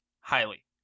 Highly